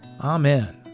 Amen